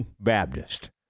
Baptist